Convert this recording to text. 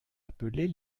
appelés